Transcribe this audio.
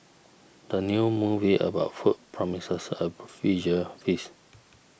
the new movie about food promises a visual feast